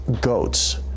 goats